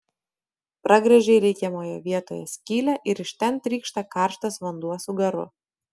pragręžei reikiamoje vietoje skylę ir iš ten trykšta karštas vanduo su garu